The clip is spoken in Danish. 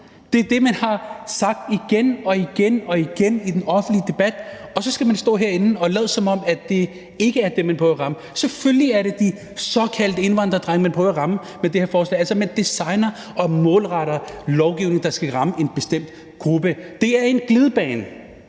Det er det, som man har sagt igen og igen i den offentlige debat, og så skal man stå herinde og lade, som om det ikke er dem, man prøver at ramme. Selvfølgelig er det de såkaldte indvandrerdrenge, man prøver at ramme med det her forslag. Man designer og målretter en lovgivning, der skal ramme en bestemt gruppe. Det er en glidebane,